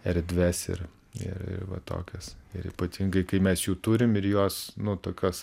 erdves ir ir ir va tokias ir ypatingai kai mes jų turim ir jos nu tokios